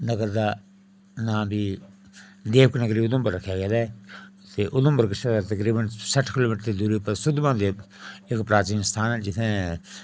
उधमपुर नगर दा नांऽ बी देवक नगरी उधमपुर रक्खेआ गेदा ऐ ते उधमपुर कशा तकरीबन सट्ठ किलोमीटर दी दूरी उप्पर सुद्ध महादेव इक प्राचीन स्थान ऐ जि'त्थें